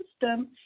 system